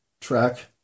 track